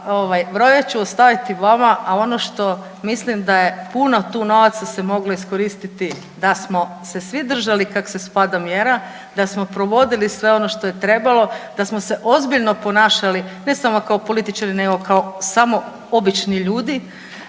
brojeve ću ostaviti vama, a ono što mislim da je puno tu novaca se moglo iskoristiti da smo se svi držali kako se spada mjera, da smo provodili sve ono što je trebalo, da smo se ozbiljno ponašali ne samo kao političari, nego kao samo obični ljudi